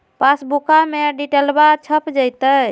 पासबुका में डिटेल्बा छप जयते?